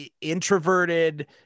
introverted